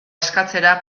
eskatzera